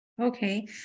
okay